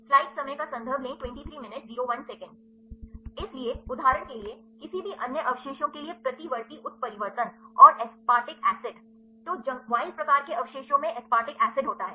इसलिए उदाहरण के लिए किसी भी अन्य अवशेषों के लिए प्रतिवर्ती उत्परिवर्तन और एसपारटिक एसिड तो जंगली प्रकार के अवशेषों में एस्पार्टिक एसिड होता है